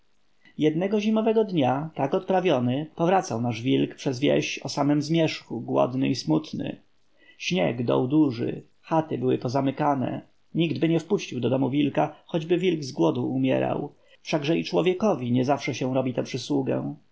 jednego zimowego dnia tak odprawiony powracał nasz wilko przez wieś o samym zmierzchu głodny i smutny śnieg dął duży chaty były pozamykane niktby nie wpuścił do domu wilka choćby wilk z głodu umierał wszakże i człowiekowi nie zawsze się robi tę przysługę